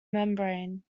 membrane